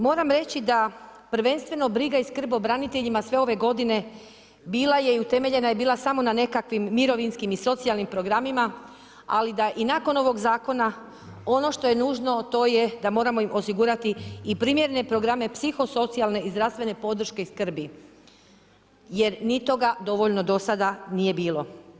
Moram reći da prvenstveno briga i skrb o braniteljima sve ove godine bila je i utemeljena je bila samo na nekakvim mirovinskim i socijalnim programima, ali da i nakon ovog zakona ono što je nužno to je da moramo im osigurati i primjerene programe psiho socijalne i zdravstvene podrške i skrbi, jer ni toga dovoljno do sada nije bilo.